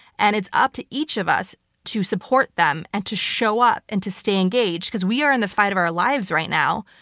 and it's up to each of us to support them and to show up and to stay engaged, because we are in the fight of our lives right now.